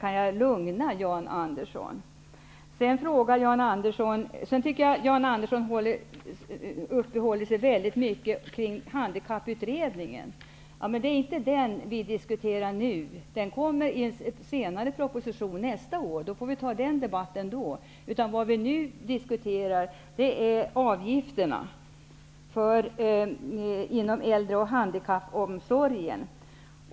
På den punkten kan jag alltså lugna Jan Andersson. Jan Andersson uppehöll sig vidare mycket vid Handikapputredningen, men det är inte den som vi diskuterar nu. Dess resultat läggs fram i en proposition nästa år, och vi får ta den debatten då. Vad vi nu diskuterar är avgifterna inom äldre och handikappomsorgen.